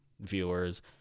viewers